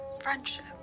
friendship